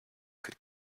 could